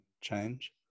change